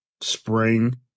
spring